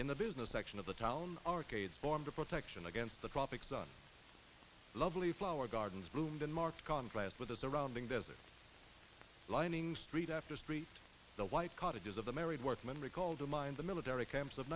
in the business section of the town arcades formed a protection against the tropics the lovely flower gardens bloomed in marked contrast with the surrounding desert lining street after street the white cottages of the married workmen recalled to mind the military camps of